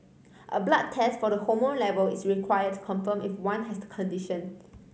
a blood test for the hormone level is required confirm if one has the condition